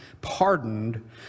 pardoned